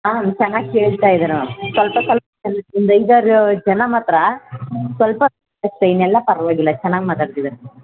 ಹಾಂ ಚೆನ್ನಾಗಿ ಕೇಳ್ತಾ ಇದ್ದಾರೆ ಮ್ಯಾಮ್ ಸ್ವಲ್ಪ ಒಂದು ಐದಾರು ಜನ ಮಾತ್ರ ಸ್ವಲ್ಪ ಅಷ್ಟೇ ಇನ್ನೆಲ್ಲ ಪರವಾಗಿಲ್ಲ ಚೆನ್ನಾಗಿ ಮಾತಾಡ್ತಿದಾರೆ